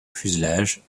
fuselage